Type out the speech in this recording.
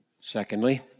secondly